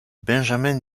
benjamin